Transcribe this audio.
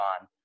on